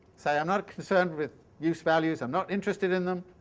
saying i'm not concerned with use-values, i'm not interested in them,